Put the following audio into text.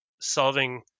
solving